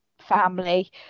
family